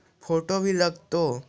Photo भी लग तै?